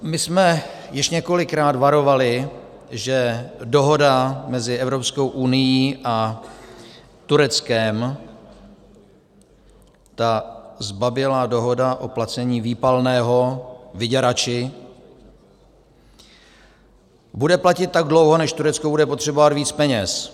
My jsme již několikrát varovali, že dohoda mezi Evropskou unií a Tureckem, ta zbabělá dohoda o placení výpalného vyděrači, bude platit tak dlouho, než Turecko bude potřebovat víc peněz.